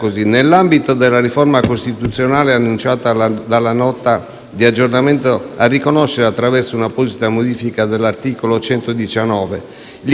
di aggiornamento, a riconoscere - attraverso una apposita modifica dell'articolo 119 - il grave e permanente svantaggio naturale derivante dall'insularità